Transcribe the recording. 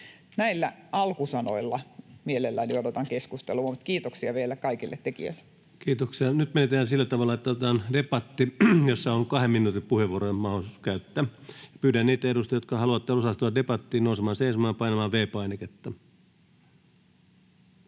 Pääluokka 28 Valtiovarainministeriön hallinnonala Time: 12:46 Content: Kiitoksia. — Nyt menetellään sillä tavalla, että otetaan debatti, jossa on kahden minuutin puheenvuoroja mahdollisuus käyttää. Pyydän niitä edustajia, jotka haluatte osallistua debattiin, nousemaan seisomaan ja painamaan V-painiketta.